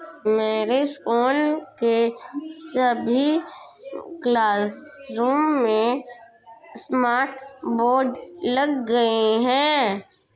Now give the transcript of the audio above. मेरे स्कूल के सभी क्लासरूम में स्मार्ट बोर्ड लग गए हैं